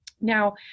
Now